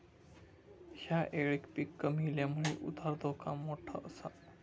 ह्या येळेक पीक कमी इल्यामुळे उधार धोका मोठो आसा